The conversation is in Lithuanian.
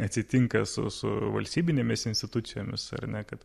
atsitinka su su valstybinėmis institucijomis ar ne kad